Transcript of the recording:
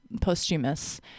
posthumous